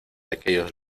aquellos